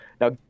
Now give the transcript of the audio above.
Now